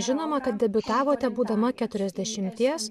žinoma kad debiutavote būdama keturiasdešimties